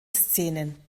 szenen